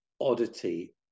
oddity